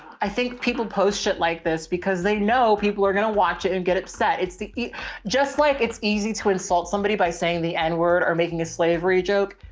i think people post shit like this because they know people are gonna watch it and get upset. it's just like, it's easy to insult somebody by saying the n word or making a slavery joke.